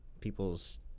people's